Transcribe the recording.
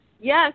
Yes